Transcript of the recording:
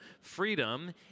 freedom